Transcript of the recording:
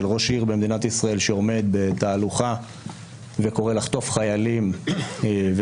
של ראש עיר במדינת ישראל שעומד בתהלוכה וקורא לחטוף חיילים ומעודד